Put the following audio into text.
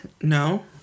no